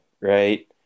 right